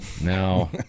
No